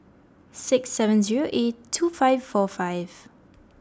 six seven zero eight two five four five